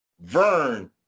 Vern